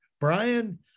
brian